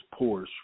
Porsche